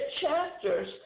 chapters